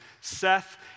Seth